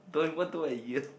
Doraemon don't have ear